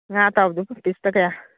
ꯉꯥ ꯑꯇꯥꯎꯕꯗꯨ ꯄꯤꯁꯇ ꯀꯌꯥ